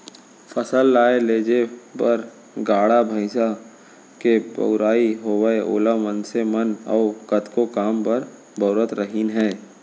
फसल लाए लेजे बर गाड़ा भईंसा के बउराई होवय ओला मनसे मन अउ कतको काम बर बउरत रहिन हें